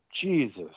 Jesus